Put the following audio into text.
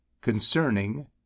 concerning